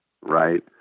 right